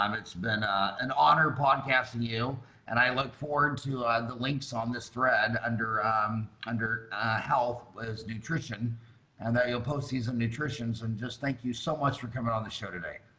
um it's been an honor podcasting you and i look forward to the links on this thread under um under health is nutrition and that you'll postseason nutrition's and just thank you so much for coming on the show today.